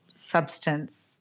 substance